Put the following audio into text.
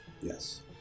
Yes